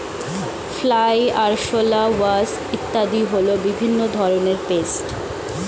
fly, আরশোলা, wasp ইত্যাদি হল বিভিন্ন রকমের পেস্ট